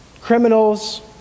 Criminals